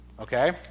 Okay